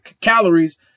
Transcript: calories